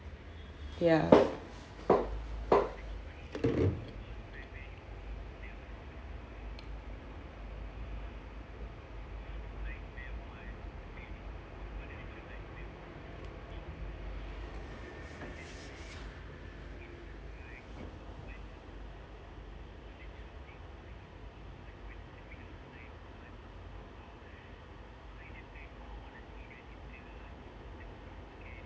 ya